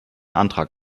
antrag